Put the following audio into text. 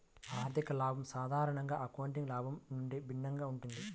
ఆర్థిక లాభం సాధారణంగా అకౌంటింగ్ లాభం నుండి భిన్నంగా ఉంటుంది